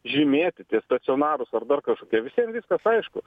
žymėti tie stacionarūs ar dar kažkokie visiem viskas aišku